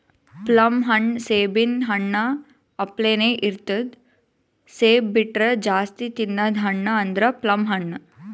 plum ಹಣ್ಣ್ ಸೇಬಿನ್ ಹಣ್ಣ ಅಪ್ಲೆನೇ ಇರ್ತದ್ ಸೇಬ್ ಬಿಟ್ರ್ ಜಾಸ್ತಿ ತಿನದ್ ಹಣ್ಣ್ ಅಂದ್ರ ಪ್ಲಮ್ ಹಣ್ಣ್